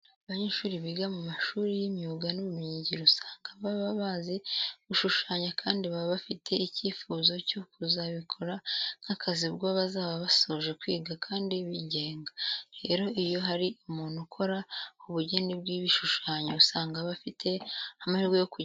Abanyeshuri biga mu mashuri y'imyuga n'ubumenyingiro usanga baba bazi gushushanya kandi baba bafite icyifuzo cyo kuzabikora nk'akazi ubwo bazaba basoje kwiga kandi bigenga. Rero iyo hari umuntu ukora ubugeni bw'ibishushanyo usanga aba afite amahirwe yo kugaragariza abantu ibyo akora.